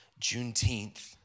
Juneteenth